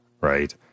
right